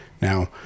Now